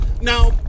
Now